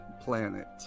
Planet